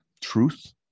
truth